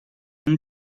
情况